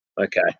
Okay